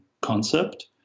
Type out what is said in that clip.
concept